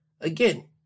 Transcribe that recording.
again